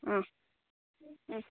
অঁ অঁ